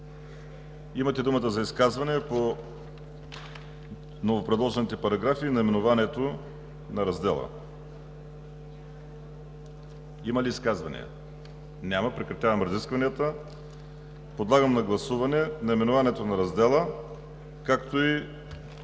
Имате думата за изказване по новопредложените параграфи и наименованието на раздела. Има ли изказвания? Няма. Прекратявам разискванията. Подлагам на гласуване наименованието на раздела, както и